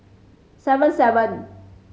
seven seven